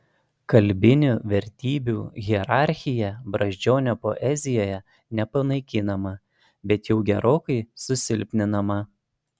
kalbinių vertybių hierarchija brazdžionio poezijoje nepanaikinama bet jau gerokai susilpninama